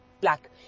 black